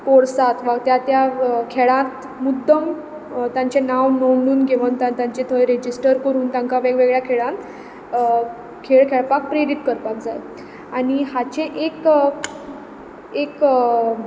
पोरसांत वा त्या त्या खेळात मुद्दम तांचें नांव नोंदून घेवन ता तांचें थंय रेजिश्टर करून तांकां वेग वेगळ्या खेळान खेळ खेळपाक प्रेरीत करपाक जाय आनी हाचें एक एक